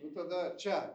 nu tada čia